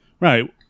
right